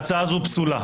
ההצעה הזאת פסולה.